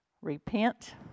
Repent